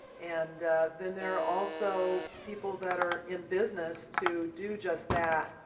and then there are also people that are in business to do just that.